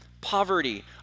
poverty